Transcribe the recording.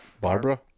Barbara